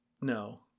no